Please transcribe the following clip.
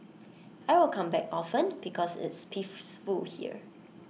I'll come back often because it's here